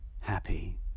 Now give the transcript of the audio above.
happy